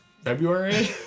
February